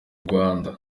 rwanda